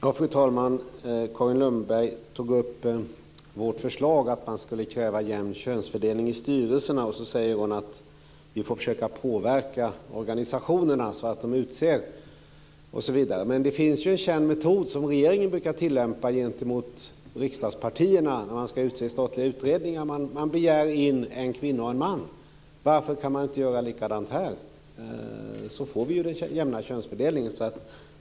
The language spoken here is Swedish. Fru talman! Carin Lundberg tog upp vårt förslag om att kräva jämn könsfördelning i styrelserna. Hon säger att vi får försöka påverka organisationerna osv. Men det finns en känd metod som regeringen brukar tillämpa gentemot riksdagspartierna när statliga utredningar ska tillsättas. Det ska vara en kvinna och en man. Varför kan man inte göra likadant här? Då blir det en jämn könsfördelning.